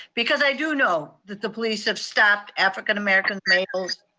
because i do know that the police have stopped african american males,